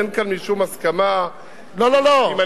אין כאן משום הסכמה, לא, לא, לא.